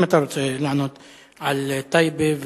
אם אתה רוצה לענות על טייבה,